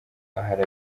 ahari